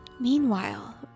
Meanwhile